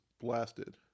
blasted